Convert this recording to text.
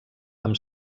amb